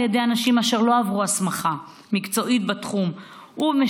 ידי אנשים אשר לא עברו הסמכה מקצועית בתחום ושמיומנותם